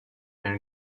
elle